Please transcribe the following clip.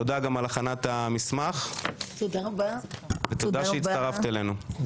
תודה גם על הכנת המסמך ותודה שהצטרפת אלינו.